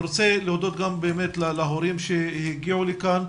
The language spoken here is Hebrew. אני רוצה להודות להורים שהגיעו לכאן.